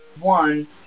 one